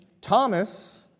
Thomas